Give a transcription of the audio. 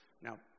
Now